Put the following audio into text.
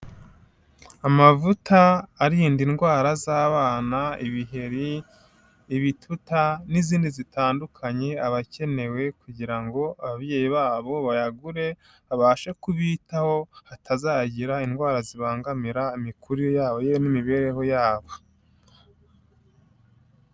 Amavuta arinda indwara z'abana, ibiheri, ibituta n'izindi zitandukanye abakenewe kugira ngo ababyeyi babo bayagure babashe kubitaho hatazagira indwara zibangamira imikurire yabo ye n'imibereho yabo.